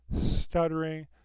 stuttering